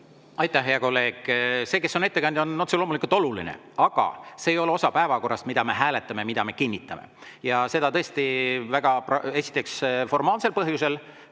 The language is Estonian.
Aitäh, hea kolleeg! See, kes on ettekandja, on otse loomulikult oluline, aga see ei ole osa päevakorrast, mida me hääletame, mida me kinnitame. Seda esiteks formaalsel põhjusel,